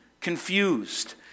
confused